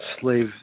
slave